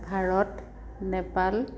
Bharat Nepal